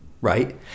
right